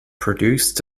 produced